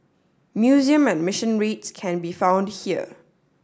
museum admission rates can be found here